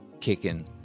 kicking